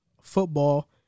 football